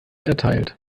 erteilt